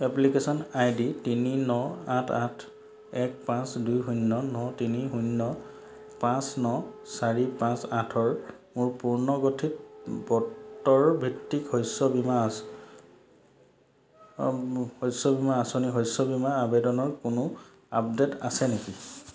application I D তিনি ন আঠ আঠ এক পাঁচ দুই শূন্য ন তিনি শূন্য পাঁচ ন চাৰি পাঁচ আঠৰ মোৰ পুৰ্নগঠিত বতৰ ভিত্তিক শস্য বীমা আঁচনি শস্য বীমা আবেদনৰ কোনো আপডেট আছে নেকি